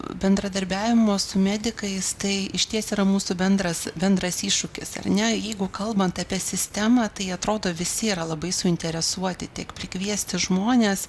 bendradarbiavimo su medikais tai išties yra mūsų bendras bendras iššūkis ar ne jeigu kalbant apie sistemą tai atrodo visi yra labai suinteresuoti tiek prikviesti žmones